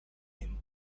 him